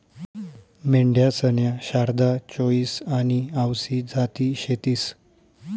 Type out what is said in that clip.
मेंढ्यासन्या शारदा, चोईस आनी आवसी जाती शेतीस